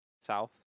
south